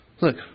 look